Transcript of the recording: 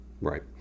Right